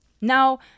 now